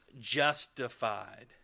justified